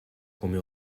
come